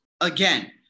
again